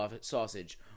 sausage